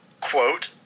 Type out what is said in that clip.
quote